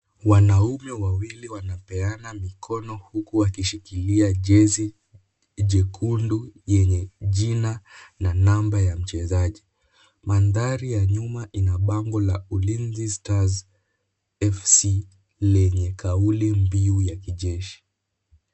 Wanaume wawili wanapeana mikono huku wakishikilia jezi jekundu yenye jina na namba ya mchezaji. Mandhari ya nyuma ina bango la Ulinzi Stars FC lenye kauli mbiu ya kijeshi.